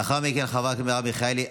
לאחר מכן, חברת הכנסת מרב מיכאלי.